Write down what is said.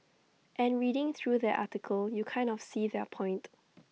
and reading through their article you kind of see their point